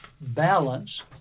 balance